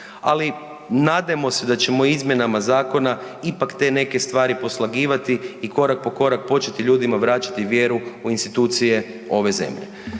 Ali nadajmo se da ćemo izmjenama zakona ipak te neke stvari poslagivati i korak po korak početi ljudima vraćati vjeru u institucije ove zemlje.